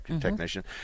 technician